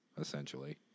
essentially